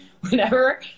whenever